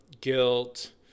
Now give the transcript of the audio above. guilt